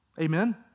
Amen